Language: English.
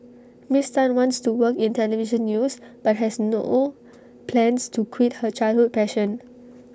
miss Tan wants to work in Television news but has no plans to quit her childhood passion